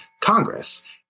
Congress